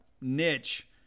niche